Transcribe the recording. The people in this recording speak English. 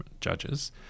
judges